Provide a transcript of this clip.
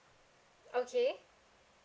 okay